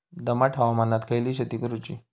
दमट हवामानात खयली शेती करूची?